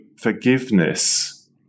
Forgiveness